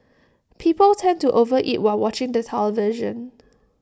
people tend to overeat while watching the television